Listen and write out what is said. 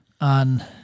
on